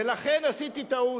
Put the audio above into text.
ולכן, עשיתי טעות,